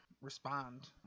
respond